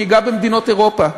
אני אגע במדינות אירופה.